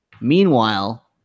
Meanwhile